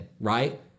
right